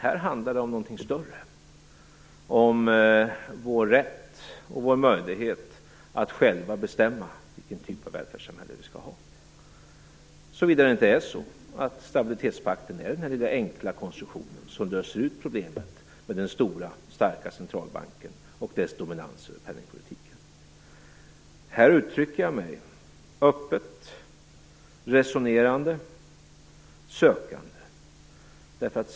Här handlar det om någonting större: om vår rätt och vår möjlighet att själva bestämma vilken typ av välfärdssamhälle vi skall ha - såvida det inte är så att stabilitetspakten är den lilla, enkla konstruktion som löser problemet med den stora, starka centralbanken och dess dominans över penningpolitiken. Här uttrycker jag mig öppet, resonerande och sökande.